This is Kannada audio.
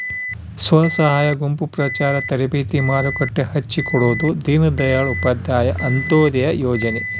ಸ್ವಸಹಾಯ ಗುಂಪು ಪ್ರಚಾರ ತರಬೇತಿ ಮಾರುಕಟ್ಟೆ ಹಚ್ಛಿಕೊಡೊದು ದೀನ್ ದಯಾಳ್ ಉಪಾಧ್ಯಾಯ ಅಂತ್ಯೋದಯ ಯೋಜನೆ